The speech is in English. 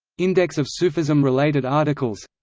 index of sufism-related articles